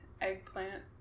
eggplant